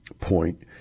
point